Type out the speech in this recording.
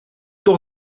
toch